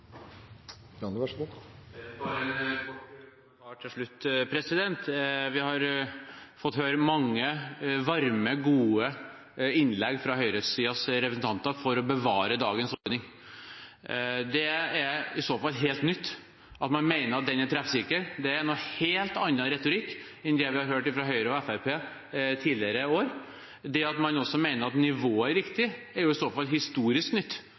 fått høre mange varme, gode innlegg fra høyresidens representanter for å bevare dagens ordning. Det er i så fall helt nytt at man mener den er treffsikker. Det er en helt annen retorikk enn det vi har hørt fra Høyre og Fremskrittspartiet tidligere år. At man også mener at nivået er riktig, er i så fall historisk nytt.